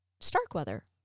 Starkweather